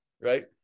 right